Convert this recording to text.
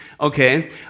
Okay